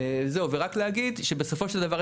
רק להגיד שבסופו של דבר,